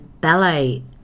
ballet